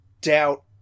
doubt